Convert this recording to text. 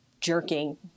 jerking